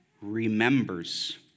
remembers